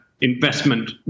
investment